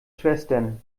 schwestern